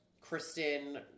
Kristen